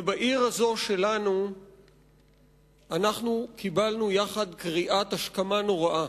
ובעיר הזאת שלנו אנחנו קיבלנו יחד קריאת השכמה נוראה.